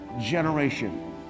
generation